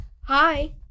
Hi